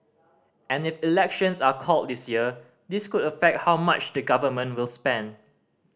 and if elections are called this year this could affect how much the Government will spend